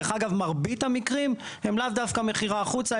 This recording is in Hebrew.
דרך אגב, מרבית המקרים הם לאו דווקא מכירה החוצה.